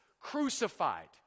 Crucified